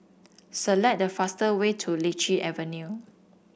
select the fast way to Lichi Avenue